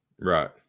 Right